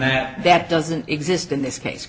that that doesn't exist in this case